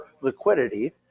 liquidity